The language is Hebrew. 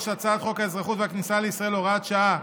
הצעת חוק האזרחות והכניסה לישראל (הוראת שעה),